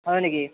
হয় নেকি